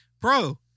Bro